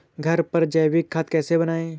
घर पर जैविक खाद कैसे बनाएँ?